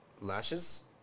Lashes